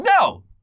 No